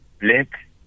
black